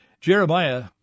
Jeremiah